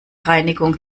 reinigung